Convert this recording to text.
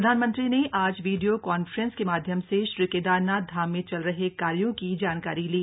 प्रधानमंत्री ने आज वीडियो कांफ्रेंस के माध्यम से श्री केदारनाथ धाम में चल रहे कार्यों की जानकारी ली